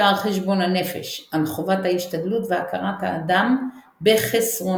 שער חשבון הנפש על חובת ההשתדלות והכרת האדם בחסרונותיו.